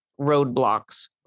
roadblocks